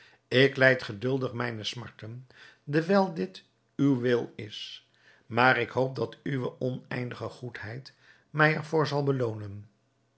ik lijd geduldig mijne smarten dewijl dit uw wil is maar ik hoop dat uwe oneindige goedheid mij er voor zal beloonen